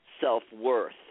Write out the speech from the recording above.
self-worth